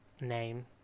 name